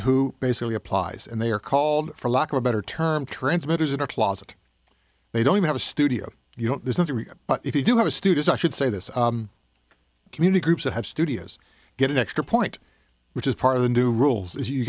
who basically applies and they are called for lack of a better term transmitters in a closet they don't have a studio you don't there's nothing but if you do have a stooges i should say this community groups that have studios get an extra point which is part of the new rules as you